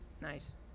Nice